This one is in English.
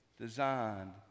designed